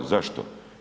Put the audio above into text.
Zašto?